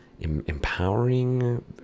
empowering